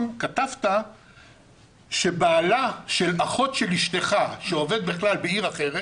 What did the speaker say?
כתבת שבעלה של אחות של אשתך שעובד בכלל בעיר אחרת,